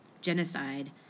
genocide